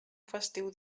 festiu